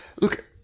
look